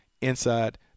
inside